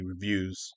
reviews